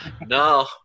No